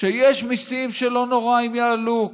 שיש מיסים שלא נורא אם יעלו,